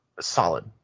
solid